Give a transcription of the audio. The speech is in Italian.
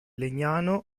legnano